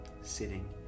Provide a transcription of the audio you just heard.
sitting